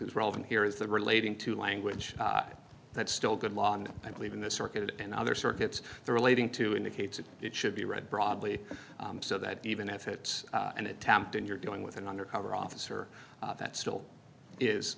is relevant here is the relating to language that's still good law and i believe in this circuit and other circuits the relating to indicates that it should be read broadly so that even if it's an attempt and you're dealing with an undercover officer that still is